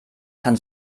kann